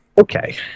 Okay